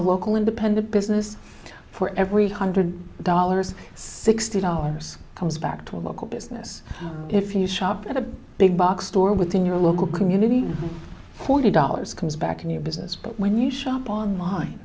a local independent business for every hundred dollars sixty dollars comes back to a local business if you shop at a big box store within your local community forty dollars comes back in your business but when you shop online